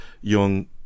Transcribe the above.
young